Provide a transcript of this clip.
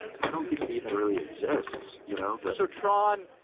i don't think it even really exists. you know but so tron,